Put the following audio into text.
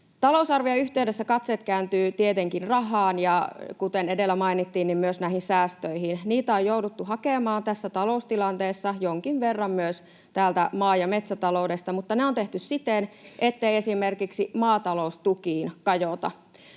Talousarvion yhteydessä katseet kääntyvät tietenkin rahaan ja, kuten edellä mainittiin, myös näihin säästöihin. Niitä on jouduttu hakemaan tässä taloustilanteessa jonkin verran myös täältä maa- ja metsätaloudesta, mutta ne on tehty siten, ettei esimerkiksi maataloustukiin kajota.